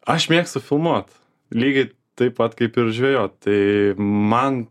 aš mėgstu filmuot lygiai taip pat kaip ir žvejot tai man